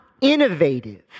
innovative